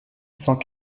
cent